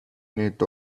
need